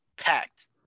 Packed